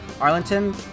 Arlington